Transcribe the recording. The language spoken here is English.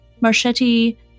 Marchetti